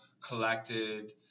collected